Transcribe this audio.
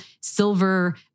silver